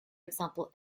example